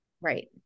Right